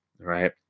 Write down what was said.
right